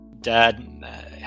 Dad